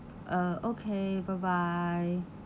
uh okay bye bye